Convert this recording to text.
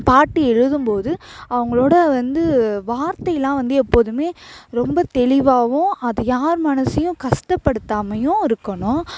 பாட்டு எழுதும்போது அவங்களோட வந்து வார்த்தையெலாம் வந்து எப்போதுமே ரொம்ப தெளிவாகவும் அது யார் மனதையும் கஷ்டப்படுத்தாமையும் இருக்கணும்